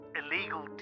illegal